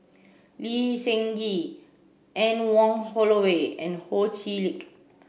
Lee Seng Gee Anne Wong Holloway and Ho Chee Lick